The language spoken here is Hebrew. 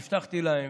הבטחתי להם